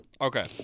Okay